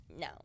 no